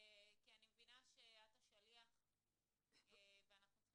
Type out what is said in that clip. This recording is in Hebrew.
כי אני מבינה שאת השליח ואנחנו צריכים